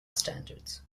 standards